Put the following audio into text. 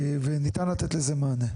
וניתן לתת לזה מענה.